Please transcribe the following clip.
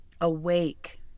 awake